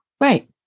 Right